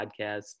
podcast